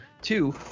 Two